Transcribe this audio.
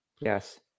Yes